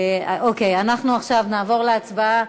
עכשיו נעבור להצבעה.